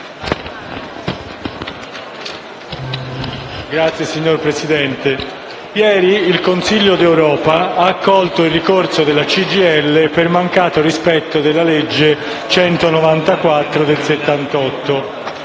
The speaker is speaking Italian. Signor Presidente, ieri il Consiglio d'Europa ha accolto il ricorso della CGIL per il mancato rispetto della legge n. 194 del 1978,